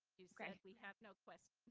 you said we have no questions.